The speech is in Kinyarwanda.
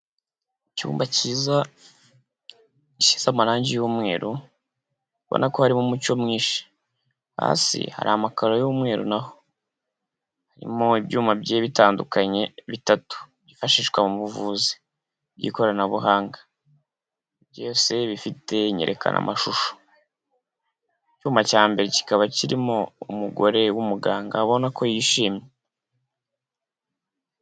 Icyumba cyiza gisize amarangi y'umweru ubona ko harimo umucyo mwinshi. Hasi hari amakaro y'umweru na ho. Harimo ibyuma bigiye bitandukanye bitatu byifashishwa mu buvuzi by'ikoranabuhanga. Byose bifite inyerekanamashusho. Icyuma cya mbere kikaba kirimo umugore w'umuganga abona ko yishimye.